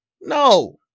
No